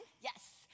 yes